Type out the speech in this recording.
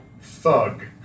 thug